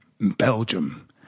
Belgium